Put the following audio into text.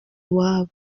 iwabo